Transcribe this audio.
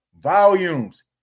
Volumes